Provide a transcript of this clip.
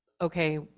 okay